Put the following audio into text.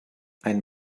ein